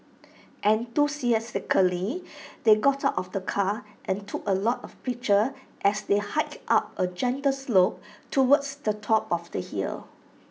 enthusiastically they got out of the car and took A lot of pictures as they hiked up A gentle slope towards the top of the hill